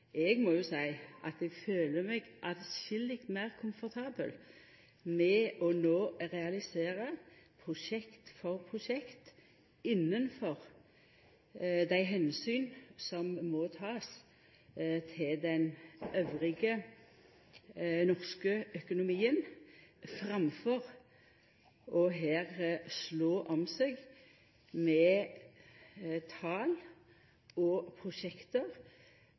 Eg må seia at eg føler meg atskilleg meir komfortabel no med å realisera prosjekt for prosjekt innanfor dei omsyna som må takast til norsk økonomi elles, framfor å slå om seg med tal og